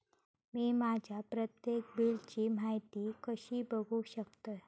मी माझ्या प्रत्येक बिलची माहिती कशी बघू शकतय?